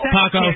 Paco